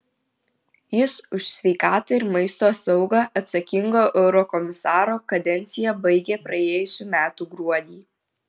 jis už sveikatą ir maisto saugą atsakingo eurokomisaro kadenciją baigė praėjusių metų gruodį